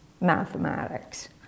mathematics